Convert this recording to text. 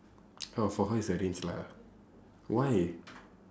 oh for her is arranged lah why